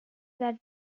that